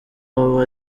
baba